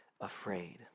afraid